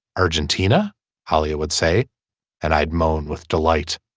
argentina hollywood say and i'd moan with delight.